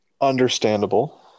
Understandable